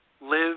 Live